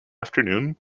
afternoon